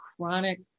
chronic